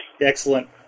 Excellent